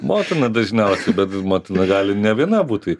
motina dažniausia bet motina gali ne viena būt tai